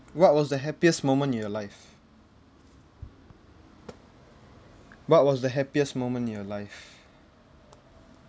what was the happiest moment in your life what was the happiest moment in your life